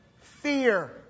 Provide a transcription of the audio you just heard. fear